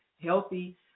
healthy